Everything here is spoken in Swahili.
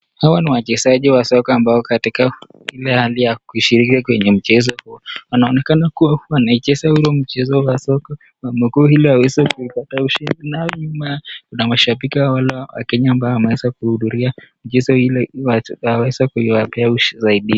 Hawa ni wachezaji wa soka ambao katika ile hali ya kushiriki kwenye mchezo. wanaonekana kuwa wanaucheza ule mchezo wa soka wa miguu ili waweze kuipata ushindi. Kuna nyuma mashabiki ambao ni Wakenya wameweza kuhudhuria mchezo ule waweze kuwapea motisha zaidi.